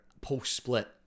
post-split